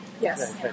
Yes